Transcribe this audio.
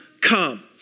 come